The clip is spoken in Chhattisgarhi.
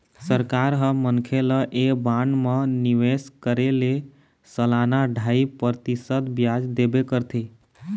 सरकार ह मनखे ल ऐ बांड म निवेश करे ले सलाना ढ़ाई परतिसत बियाज देबे करथे